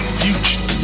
future